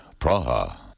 Praha